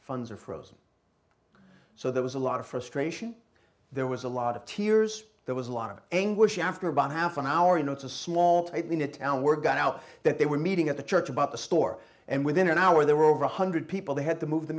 funds are frozen so there was a lot of frustration there was a lot of tears there was a lot of anguish after about half an hour you know it's a small tightly knit word got out that they were meeting at the church about the store and within an hour there were over one hundred people they had to move the